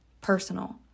personal